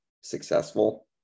successful